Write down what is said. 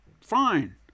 Fine